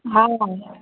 हा